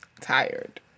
tired